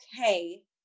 okay